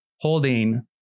holding